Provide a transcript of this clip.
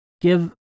give